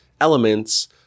elements